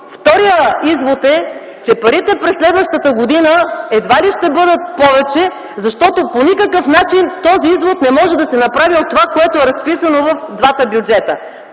Вторият извод е, че парите през следващата година едва ли ще бъдат повече, защото по никакъв начин този извод не може да се направи от разписаното в двата бюджета.